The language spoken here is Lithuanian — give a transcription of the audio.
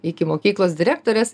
iki mokyklos direktorės